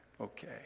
okay